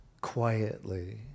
quietly